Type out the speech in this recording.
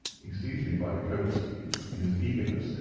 he seized me by the coat-sleeve in his eagerness,